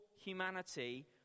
humanity